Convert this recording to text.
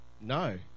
No